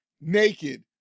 naked